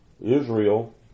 Israel